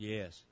Yes